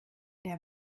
der